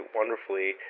wonderfully